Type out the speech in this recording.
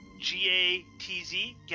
G-A-T-Z